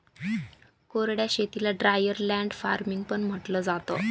कोरड्या शेतीला dryer land farming पण म्हंटलं जातं